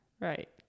Right